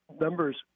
numbers